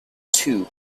two